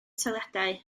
toiledau